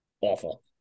awful